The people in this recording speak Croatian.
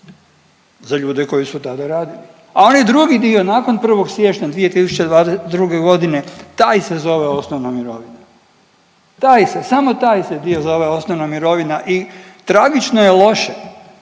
za ljude koji su tada radili, a onaj drugi dio nakon prvog siječnja 2022. godine taj se zove osnovna mirovina. Taj se, samo taj se dio zove osnovna mirovina i tragično je loše